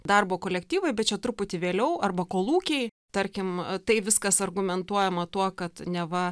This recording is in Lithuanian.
darbo kolektyvai bet čia truputį vėliau arba kolūkiai tarkim tai viskas argumentuojama tuo kad neva